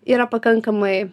yra pakankamai